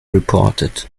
reported